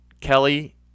Kelly